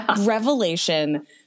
revelation